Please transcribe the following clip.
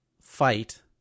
fight